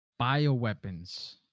bioweapons